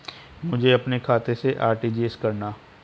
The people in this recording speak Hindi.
मुझे अपने खाते से आर.टी.जी.एस करना?